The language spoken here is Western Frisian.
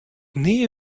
nea